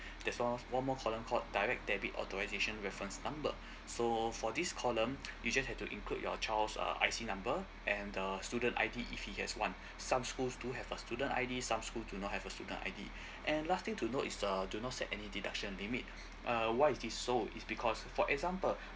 there's a one more column called direct debit authorization reference number so for this column you just have to include your child's uh I_C number and uh student I_D if he has one some schools do have a student I_D some schools do not have a student I_D and last thing to note is uh do not set any deduction limit uh why is this so is because for example